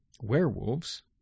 Werewolves